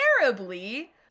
terribly